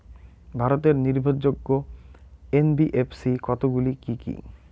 ভারতের নির্ভরযোগ্য এন.বি.এফ.সি কতগুলি কি কি?